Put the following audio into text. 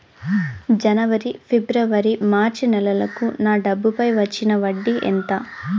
జనవరి, ఫిబ్రవరి, మార్చ్ నెలలకు నా డబ్బుపై వచ్చిన వడ్డీ ఎంత